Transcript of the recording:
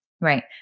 Right